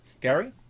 Gary